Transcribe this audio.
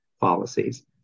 policies